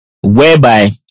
Whereby